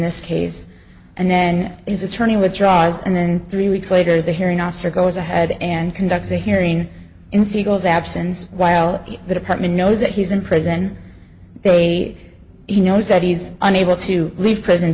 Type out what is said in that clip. this case and then his attorney withdraws and then three weeks later the hearing officer goes ahead and conducts a hearing in siegel's absence while the department knows that he's in prison they he knows that he's unable to leave pr